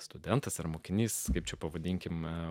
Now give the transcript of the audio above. studentas ar mokinys kaip čia pavadinkime